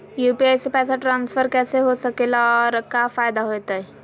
UPI से पैसा transfer कैसे हो सके ला और का फायदा होएत?